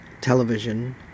television